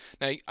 Now